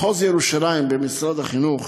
מחוז ירושלים במשרד החינוך,